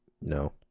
No